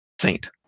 saint